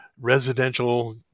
residential